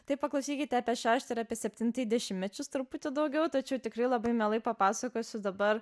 tai paklausykite apie šeštą ir apie septintąjį dešimmečius truputį daugiau tačiau tikrai labai mielai papasakosiu dabar